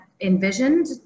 envisioned